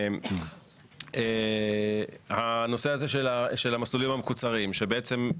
נושא המסלולים המקוצרים, שבעצם,